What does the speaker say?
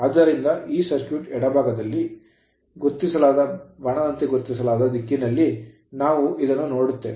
ಆದ್ದರಿಂದ ಈ ಸರ್ಕ್ಯೂಟ್ ನ ಎಡಭಾಗದಲ್ಲಿ ಈ ಎಡಭಾಗಕ್ಕೆ ಗುರುತಿಸಲಾದ ಬಾಣದ ದಿಕ್ಕಿನಲ್ಲಿ ನಾವು ಇದನ್ನು ನೋಡುತ್ತೇವೆ